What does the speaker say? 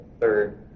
third